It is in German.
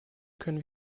können